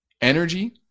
energy